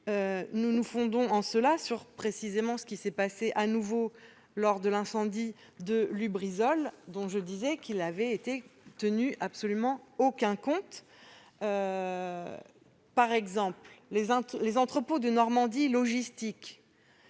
Nous nous fondons en cela précisément sur ce qui s'est passé lors de l'incendie de Lubrizol, dont je disais qu'il n'avait été tenu absolument aucun compte. Par exemple, les entrepôts de Normandie Logistique,